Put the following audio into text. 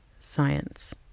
science